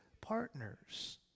partners